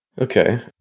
Okay